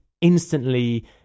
instantly